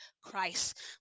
Christ